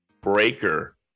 breaker